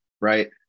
right